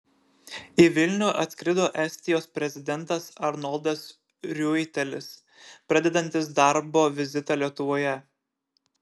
į vilnių atskrido estijos prezidentas arnoldas riuitelis pradedantis darbo vizitą lietuvoje